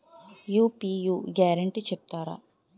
UPI guarantee చెప్తారా?